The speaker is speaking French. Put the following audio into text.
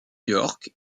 york